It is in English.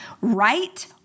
right